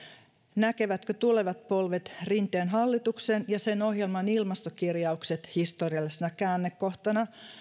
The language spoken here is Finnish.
näkevätkö tulevat polvet rinteen hallituksen ja sen ohjelman ilmastokirjaukset historiallisena käännekohtana